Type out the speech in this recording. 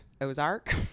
Ozark